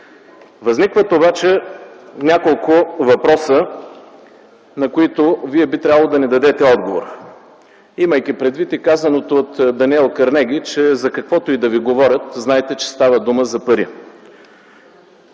Възникват обаче няколко въпроса, на които Вие би трябвало да ни дадете отговор, имайки предвид и казаното от Даниел Карнеги, че – „За каквото и да ви говорят, знайте, че става дума за пари”.